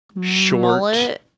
Short